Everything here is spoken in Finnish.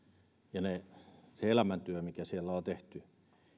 ja sen elämäntyön mikä siellä on tehty